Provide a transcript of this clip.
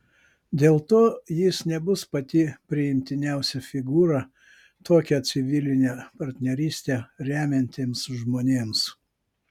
dėl to jis nebus pati priimtiniausia figūra tokią civilinę partnerystę remiantiems žmonėms